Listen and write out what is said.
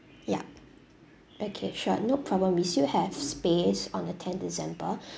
yup okay sure no problem we still have space on the tenth december